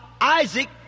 Isaac